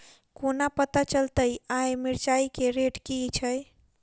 कोना पत्ता चलतै आय मिर्चाय केँ रेट की छै?